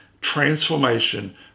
transformation